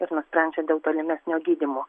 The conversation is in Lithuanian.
ir nusprendžia dėl tolimesnio gydymo